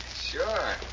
Sure